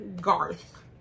Garth